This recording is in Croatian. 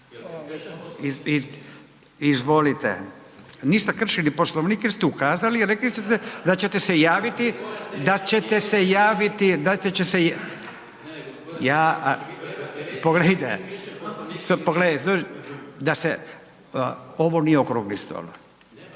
Izvolite, niste kršili Poslovnik jer ste ukazali i rekli ste da ćete se javiti, da ćete se javiti, ja pogledajte, da se, ovo nije okrugli stol.